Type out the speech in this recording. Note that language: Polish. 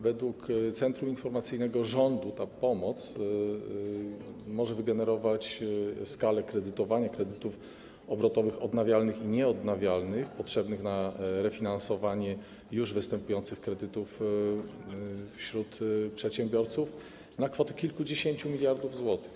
Według Centrum Informacyjnego Rządu ta pomoc może wygenerować kredytowanie kredytów obrotowych odnawialnych i nieodnawialnych potrzebnych na refinansowanie już występujących kredytów przedsiębiorców na kwoty kilkudziesięciu miliardów złotych.